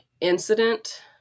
incident